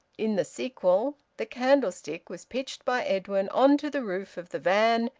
in the sequel, the candlestick was pitched by edwin on to the roof of the van,